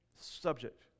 subject